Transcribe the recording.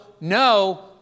no